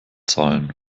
zahlen